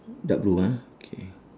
dark blue ah okay